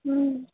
হুম